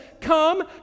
Come